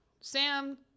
Sam